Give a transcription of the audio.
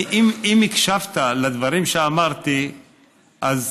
אם הקשבת לדברים שאמרתי אז